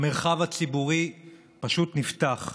המרחב הציבורי פשוט נפתח.